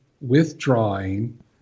withdrawing